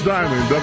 Diamond